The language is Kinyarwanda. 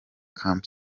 camp